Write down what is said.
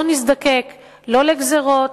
לא נזדקק לא לגזירות,